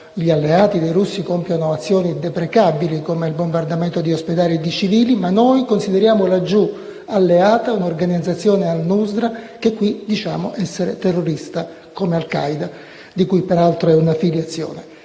gli alleati dei russi compiono azioni deprecabili come il bombardamento di ospedali e di civili; ma noi consideriamo laggiù alleata un'organizzazione al-Nusra che qui diciamo essere terrorista come al-Qaeda, di cui peraltro è un'affiliazione.